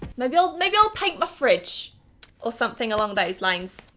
maybe i'll, maybe i'll paint my fridge or something along those lines.